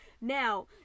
Now